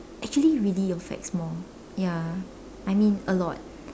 actually really affects more ya I mean a lot